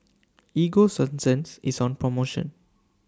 Ego Sunsense IS on promotion